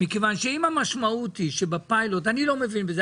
אני לא מבין בזה,